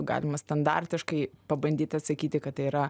galima standartiškai pabandyti atsakyti kad tai yra